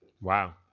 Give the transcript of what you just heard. Wow